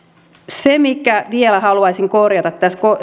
vielä haluaisin korjata täällä